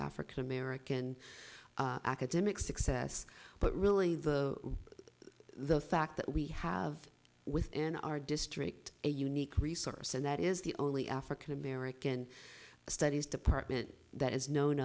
african american academic success but really the the fact that we have within our district a unique resource and that is the only african american studies department that is known